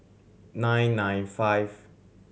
nine nine five